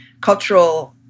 cultural